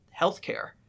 healthcare